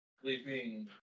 sleeping